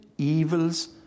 evils